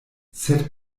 sed